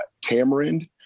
tamarind